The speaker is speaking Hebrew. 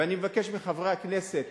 ואני מבקש מחברי הכנסת